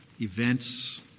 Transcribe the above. Events